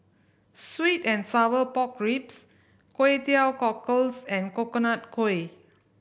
sweet and sour pork ribs Kway Teow Cockles and Coconut Kuih